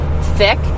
thick